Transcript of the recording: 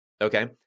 Okay